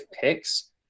picks